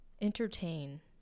entertain